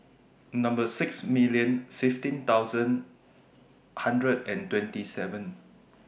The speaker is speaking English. six million fifteen thousand one hundred and twenty seven